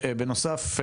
ובנוסף,